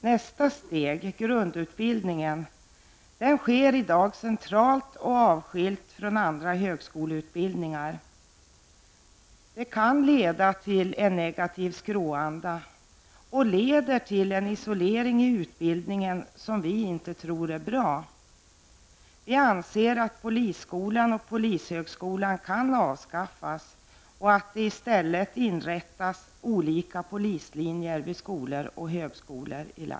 Nästa steg, grundutbildningen, sker i dag centralt och avskilt från andra högskoleutbildningar. Detta kan leda till en negativ skråanda och till en isolering i utbildningen som vi i vänsterpartiet inte tror är bra. Vi anser att polisskolan och polishögskolan kan avskaffas och att det i stället bör inrättas olika polislinjer vid landets skolor och högskolor.